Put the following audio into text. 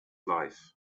life